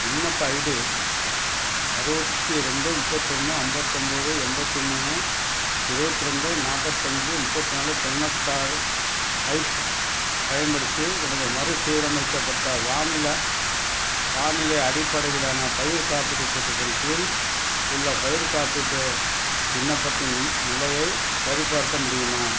விண்ணப்ப ஐடி அறுபத்தி ரெண்டு முப்பத்தொன்று அம்பத்தொம்பது எண்பத்தி மூணு இருபத்து ரெண்டு நாற்பத்தஞ்சி முப்பத்தி நாலு தொண்ணூற்றாறு ஐப் பயன்படுத்தி எனது மறுசீரமைக்கப்பட்ட வானில வானிலை அடிப்படையிலான பயிர் காப்பீட்டுத் திட்டத்தின் கீழ் உள்ள பயிர் காப்பீட்டு விண்ணப்பத்தின் நிலையைச் சரிபார்க்க முடியுமா